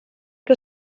que